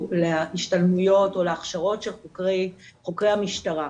להשתלמויות או להכשרות של חוקרי המשטרה,